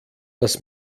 dass